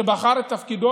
שבחר את תפקידו,